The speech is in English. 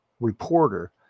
reporter